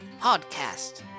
Podcast